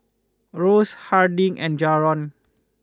Rose Harding and Jaron